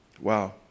Wow